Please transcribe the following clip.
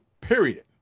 period